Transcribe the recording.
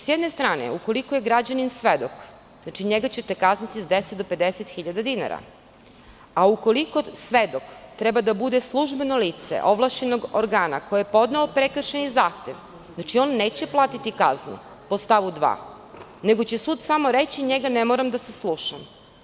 S jedne strane, ukoliko je građanin svedok, znači, njega ćete kazniti sa 10 do 50.000 dinara, a ukoliko svedok treba da bude službeno lice ovlašćenog organa koji je podneo prekršajni zahtev, ono neće platiti kaznu po stavu 2, nego će sud samo reći – njega ne moram da saslušavam.